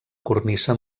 cornisa